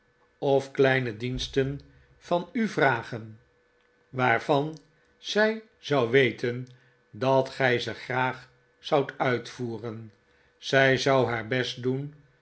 of kleine diensten van u vragen waarvan zij zou weten dat gij ze graag zoudt uitvoeren zij zou haar best doen